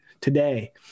today